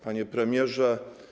Panie Premierze!